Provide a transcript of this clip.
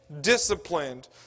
disciplined